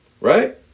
Right